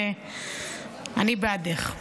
אני בעדך.